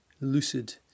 lucid